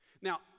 Now